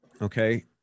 Okay